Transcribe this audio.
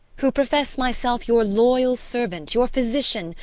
who professes myself your loyal servant, your physician,